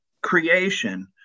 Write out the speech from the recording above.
creation